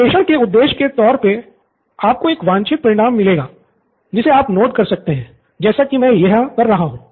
विश्लेषण के उद्देश्य के तौर पे आपको एक वांछित परिणाम मिलेगा जिसे आप नोट कर सकते हैं जैसी कि मैं यहाँ कर रहा हूँ